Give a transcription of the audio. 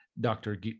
Dr